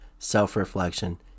self-reflection